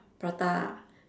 prata ah